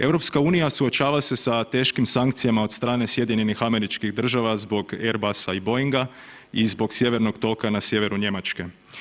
EU suočava se sa teškim sankcijama od strane SAD-a zbog Erbasa i Boinga i zbog sjevernog toka na sjeveru Njemačke.